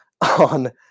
on